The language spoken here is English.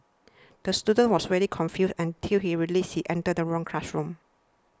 the student was very confused until he realised he entered the wrong classroom